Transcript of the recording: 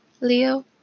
Leo